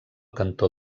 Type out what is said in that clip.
cantó